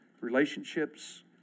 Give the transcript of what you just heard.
Relationships